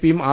പിയും ആർ